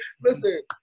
Listen